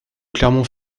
clermont